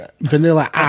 Vanilla